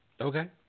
Okay